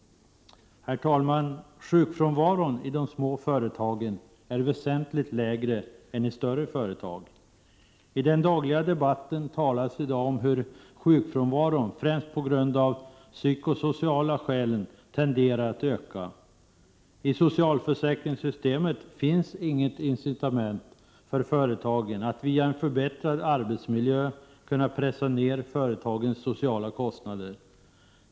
Herr talman! Sjukfrånvaron i små företag är väsentligt lägre än i stora företag. I den dagliga debatten talas nu om hur sjukfrånvaron tenderar att öka främst av psykosociala skäl. I socialförsäkringssystemet finns inget incitament för företagen att via en förbättrad arbetsmiljö pressa ner företagens sociala kostnader.